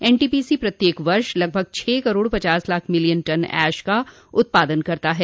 NTPC प्रत्येक वर्ष लगभग छह करोड पचास लाख मिलियन टन एश का उत्पादन करता है